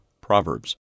Proverbs